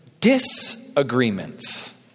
disagreements